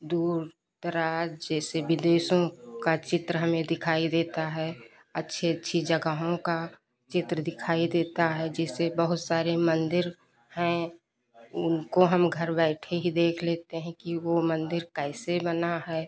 दूर दराज जैसे विदेशों का चित्र हमें दिखाई देता है अच्छी अच्छी जगहों का चित्र दिखाई देता है जिसमें बहुत सारे मन्दिर हैं उनको हम घर बैठे ही देख लेते हैं कि वह मन्दिर कैसे बना है